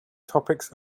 topics